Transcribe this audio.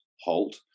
Halt